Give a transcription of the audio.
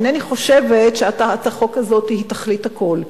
אינני חושבת שהצעת החוק הזו היא תכלית הכול.